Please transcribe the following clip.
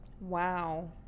Wow